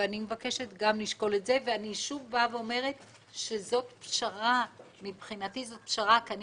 אני מבקשת לשקול את זה ואומרת שוב שמבחינתי מדובר בפשרה כי אני